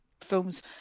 films